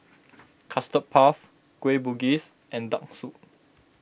Custard Puff Kueh Bugis and Duck Noodle